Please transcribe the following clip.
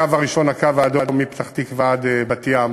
הקו הראשון, "הקו האדום", מפתח-תקווה עד בת-ים,